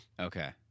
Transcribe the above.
Okay